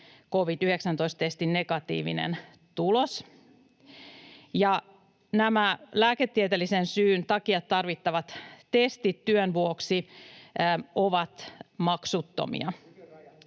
covid-19-testin negatiivinen tulos, ja nämä lääketieteellisen syyn takia tarvittavat testit työn vuoksi ovat maksuttomia.